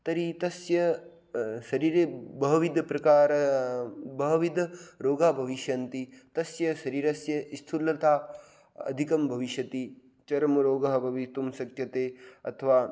तर्हि तस्य शरीरे बहुविधप्रकार बहुविधरोगाः भविष्यन्ति तस्य शरीरस्य स्थूलता अधिकं भविष्यति चर्मरोगः भवितुं शक्यते अथवा